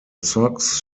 sox